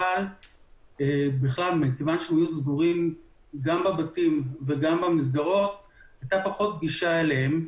אבל מכיוון שהיו סגורים בבתים ובמסגרות הייתה פחות גישה אליהם.